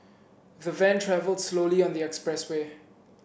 the van travelled slowly on the expressway